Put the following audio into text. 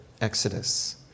exodus